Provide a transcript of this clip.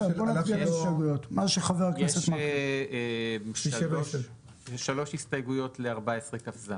יש שלוש הסתייגויות לסעיף 14כז